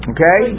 Okay